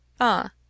Ah